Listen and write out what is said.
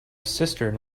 cistern